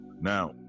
now